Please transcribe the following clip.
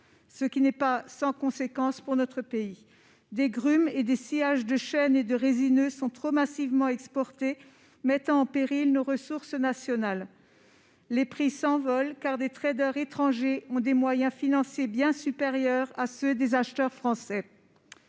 qui n'est pas sans conséquences pour notre pays. Des grumes et des sciages de chênes et de résineux sont trop massivement exportés, ce qui met en péril nos ressources nationales. Les prix s'envolent, car les traders étrangers ont des moyens financiers bien supérieurs à ceux des acheteurs français.